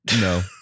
No